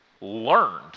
learned